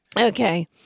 okay